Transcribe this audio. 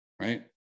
right